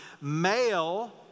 Male